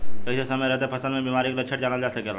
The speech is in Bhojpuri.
कइसे समय रहते फसल में बिमारी के लक्षण जानल जा सकेला?